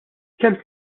kemm